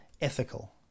ethical